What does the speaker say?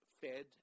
fed